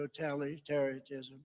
totalitarianism